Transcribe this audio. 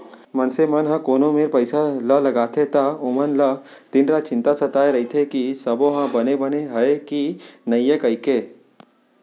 मनसे मन ह कोनो मेर पइसा ल लगाथे त ओमन ल दिन रात चिंता सताय रइथे कि सबो ह बने बने हय कि नइए कइके